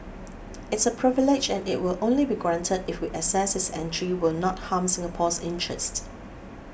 it's a privilege and it will only be granted if we assess his entry will not harm Singapore's interest